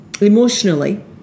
emotionally